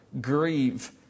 Grieve